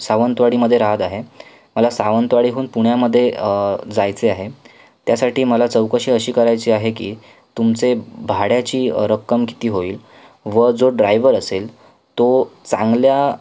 सावंतवाडीमध्ये राहत आहे मला सावंतवाडीहून पुण्यामध्ये जायचे आहे त्यासाठी मला चौकशी अशी करायची आहे की तुमचे भाड्याची रक्कम किती होईल व जो ड्रायवर असेल तो चांगल्या